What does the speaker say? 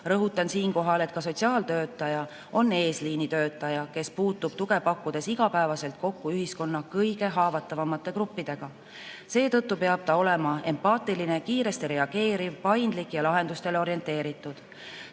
Rõhutan siinkohal, et ka sotsiaaltöötaja on eesliinitöötaja, kes puutub tuge pakkudes igapäevaselt kokku ühiskonna kõige haavatavamate gruppidega. Seetõttu peab ta olema empaatiline, kiiresti reageeriv, paindlik ja lahendustele orienteeritud.